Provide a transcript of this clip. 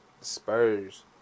Spurs